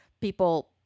People